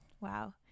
wow